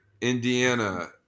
Indiana